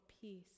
peace